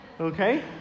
Okay